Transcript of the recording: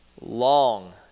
long